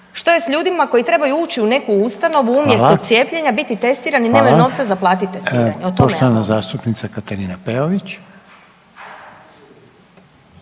Što je s ljudima koji trebaju ući u neku ustanovu umjesto cijepljenja biti testirani, nemaju novca za platiti testiranje, o tome ja govorim. **Reiner,